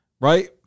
right